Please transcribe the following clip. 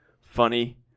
funny